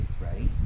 right